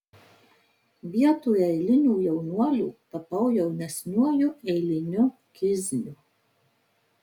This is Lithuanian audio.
vietoje eilinio jaunuolio tapau jaunesniuoju eiliniu kizniu